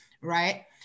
right